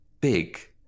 big